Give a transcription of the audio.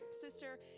Sister